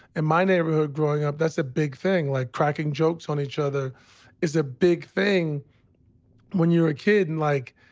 in my neighborhood growing up, that's a big thing, like, cracking jokes on each other is a big then when you're a kid. and like,